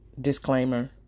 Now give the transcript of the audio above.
Disclaimer